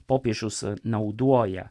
popiežius naudoja